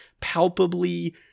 palpably